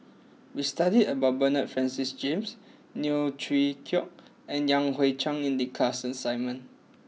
we studied about Bernard Francis James Neo Chwee Kok and Yan Hui Chang in the class assignment